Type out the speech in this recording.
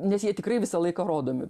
nes jie tikrai visą laiką rodomi